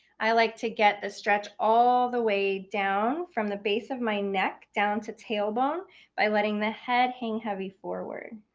i like to get the stretch all the way down from the base of my neck down to tailbone by letting the head hang heavy forward.